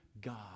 God